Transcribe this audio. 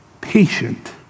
patient